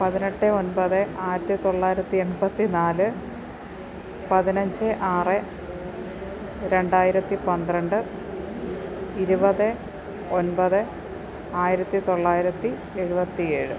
പതിനെട്ട് ഒൻപത് ആയിരത്തി തൊള്ളായിരത്തി എൺപത്തിനാല് പതിനഞ്ച് ആറ് രണ്ടായിരത്തി പന്ത്രണ്ട് ഇരുപത് ഒൻപത് ആയിരത്തി തൊള്ളായിരത്തി എഴുപത്തിയേഴ്